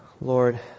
Lord